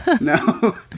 No